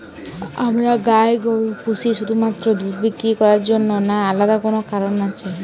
আমরা গাই গরু পুষি শুধুমাত্র দুধ বিক্রি করার জন্য না আলাদা কোনো কারণ আছে?